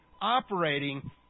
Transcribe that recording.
operating